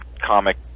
comic